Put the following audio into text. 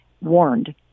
warned